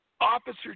Officer